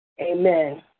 Amen